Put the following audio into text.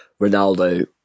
Ronaldo